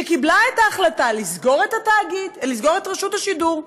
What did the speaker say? שקיבלה את ההחלטה לסגור את רשות השידור,